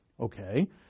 Okay